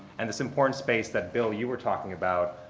and this important space that, bill, you were talking about,